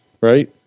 right